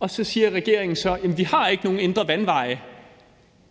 Og så siger regeringen: Jamen vi har ikke nogen indre vandveje,